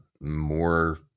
more